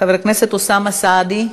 חבר הכנסת אוסאמה סעדי.